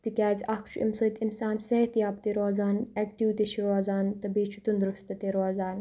تِکیازِ اَکھ چھُ امہِ سۭتۍ اِنسان صحت یاب تہِ روزان ایٚکٹِو تہِ چھِ روزان تہٕ بیٚیہِ چھُ تندرُستہٕ تہِ روزان